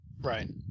right